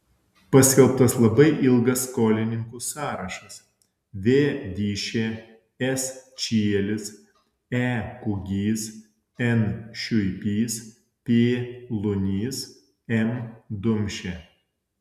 paskelbtas labai ilgas skolininkų sąrašas v dyšė s čielis e kugys n šiuipys p lunys m dumšė